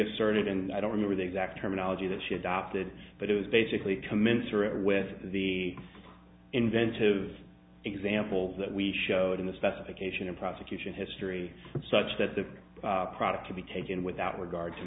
asserted and i don't remember the exact terminology that she adopted but it was basically commensurate with the inventive examples that we showed in the specification and prosecution history such that the product to be taken without regard to